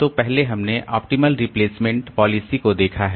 तो पहले हमने ऑप्टिमल रिप्लेसमेंट पॉलिसी को देखा है